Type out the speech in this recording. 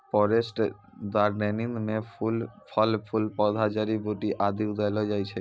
forest gardening म फल फूल पौधा जड़ी बूटी आदि उगैलो जाय छै